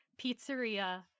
pizzeria